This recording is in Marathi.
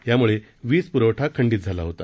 यामुळे वीज प्रवठा खंडीत झाला होता